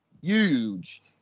huge